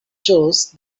chose